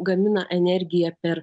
gamina energiją per